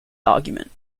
argument